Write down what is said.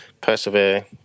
persevere